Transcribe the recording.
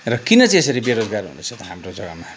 र किन चाहिँ यसरी बेरोजगार हुँदैछ त हाम्रो जग्गामा